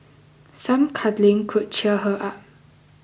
some cuddling could cheer her up